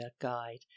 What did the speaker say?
guide